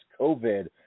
COVID